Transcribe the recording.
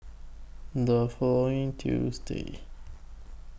The following Tuesday